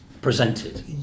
presented